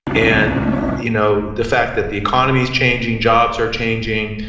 and you know the fact that the economy's changing, jobs are changing.